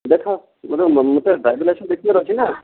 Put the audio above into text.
ଦେଖାଅ ମୋତେ driving licence ଦେଖିବାର ଅଛି ନା